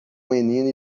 menino